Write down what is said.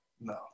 No